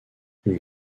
une